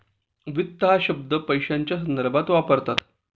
वित्त हा शब्द पैशाच्या संदर्भात वापरतात